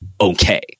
okay